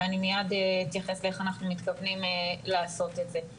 ומייד אתייחס לשאלה איך אנחנו מתכוונים לעשות את זה.